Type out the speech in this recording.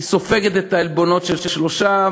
היא סופגת את העלבונות של שלושה,